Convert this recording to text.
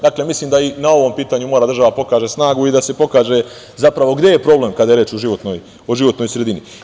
Dakle, mislim da i na ovom pitanju država mora da pokaže snagu, i da se pokaže, zapravo gde je problem kada je reč o životnoj sredini.